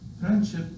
friendship